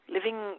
Living